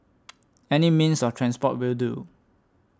any means of transport will do